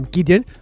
Gideon